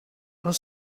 are